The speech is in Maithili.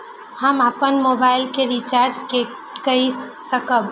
हम अपन मोबाइल के रिचार्ज के कई सकाब?